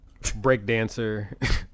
breakdancer